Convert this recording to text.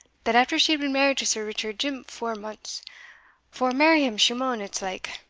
that after she had been married to sir richard jimp four months for marry him she maun, it's like